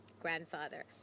grandfather